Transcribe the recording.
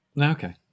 Okay